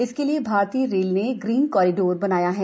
इसके लिये भारतीय रेल ने ग्रीन कॉरिडोर बनाया है